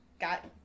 got